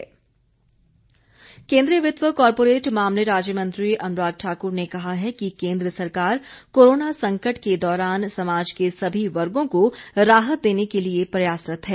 अनुराग केंद्रीय वित्त व कारपोरेट मामले राज्य मंत्री अनुराग ठाकुर ने कहा है कि केंद्र सरकार कोरोना संकट के दौरान समाज के सभी वर्गों को राहत देने के लिए प्रयासरत है